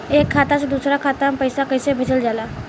एक खाता से दूसरा खाता में पैसा कइसे भेजल जाला?